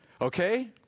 Okay